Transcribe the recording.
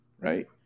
right